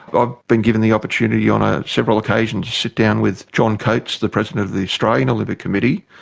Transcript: i've been given the opportunity on ah several occasions to sit down with john coates, the president of the australian olympic committee,